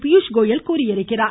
பியூஷ்கோயல் தெரிவித்துள்ளார்